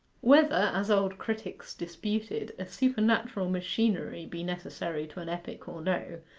whether, as old critics disputed, a supernatural machinery be necessary to an epic or no,